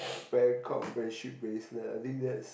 where got friendship bracelet I think that's